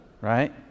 right